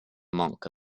monk